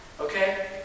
okay